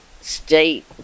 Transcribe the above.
state